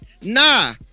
Nah